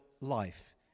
life